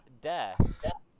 death